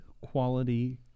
quality